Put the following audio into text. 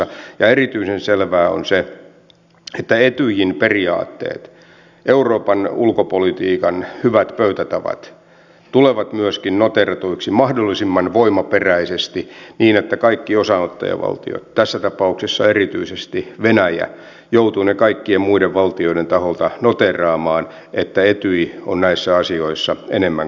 ja erityisen selvää on se että etyjin periaatteet euroopan ulkopolitiikan hyvät pöytätavat tulevat myöskin noteeratuiksi mahdollisimman voimaperäisesti niin että kaikki osanottajavaltiot tässä tapauksessa erityisesti venäjä joutuvat kaikkien muiden valtioiden taholta noteeraamaan että etyj on näissä asioissa enemmän kuin tosissaan